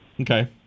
Okay